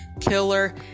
Killer